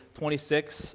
26